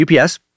UPS